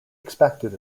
expected